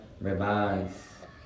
revise